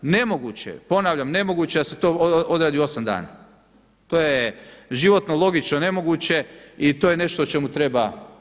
Nemoguće je, ponavljam nemoguće je da se to odradi u osam dana, to je životno logično nemoguće i to je nešto o čemu treba.